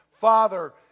Father